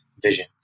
vision